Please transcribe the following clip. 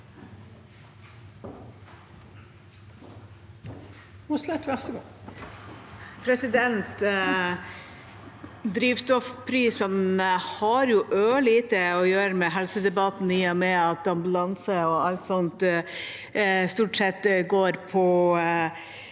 Drivstoffprisene har ørlite å gjøre med helsedebatten, i og med at ambulanser og alt sånt stort sett går på